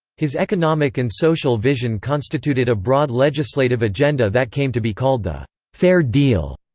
his economic and social vision constituted a broad legislative agenda that came to be called the fair deal.